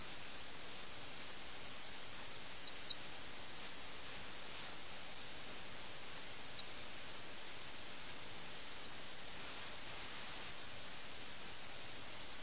അത് വളരെ വിരോധാഭാസമാണ് പ്രേംചന്ദ് ആ പ്രത്യേക ഘട്ടത്തിൽ ലഖ്നൌവിലെ സമൂഹത്തെ ഏറെക്കുറെ ആക്ഷേപഹാസ്യമാക്കുകയാണ്